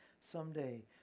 someday